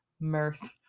mirth